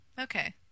Okay